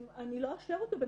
אני לא אאשר אותו בינתיים.